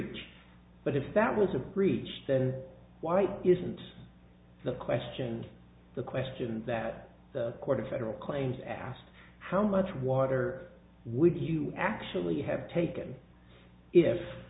ach but if that was a breach then why isn't the question the question that the court of federal claims asked how much water would you actually have taken if